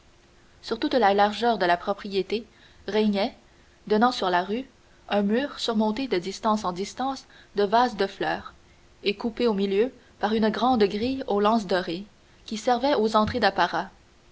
sur toute la largeur de la propriété régnait donnant sur la rue un mur surmonté de distance en distance de vases de fleurs et coupé au milieu par une grande grille aux lances dorées qui servait aux entrées d'apparat